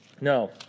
No